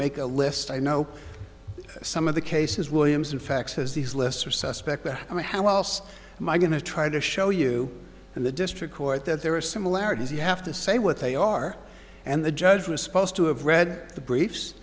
make a list i know some of the cases williams in fact says these lists are suspect that i mean how else am i going to try to show you in the district court that there are similarities you have to say what they are and the judge was supposed to have read the briefs